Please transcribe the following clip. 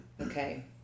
Okay